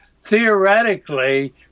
theoretically